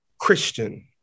Christian